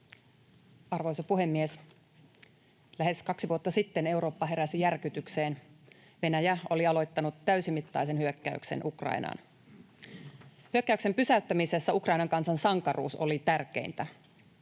Arvoisa puhemies! Lähes kaksi vuotta sitten Eurooppa heräsi järkytykseen. Venäjä oli aloittanut täysimittaisen hyökkäyksen Ukrainaan. Hyökkäyksen pysäyttämisessä Ukrainan kansan sankaruus oli tärkeintä,